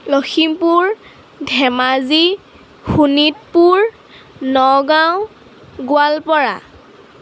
Lakhimpur Dhemaji Sonitpur Nagaon Goalpara